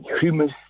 humus